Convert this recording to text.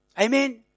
Amen